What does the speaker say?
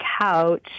couch